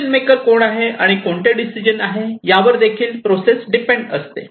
decision maker कोण आहे आणि कोणते डिसिजन आहे यावर प्रोसेस डिपेंड असते